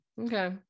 Okay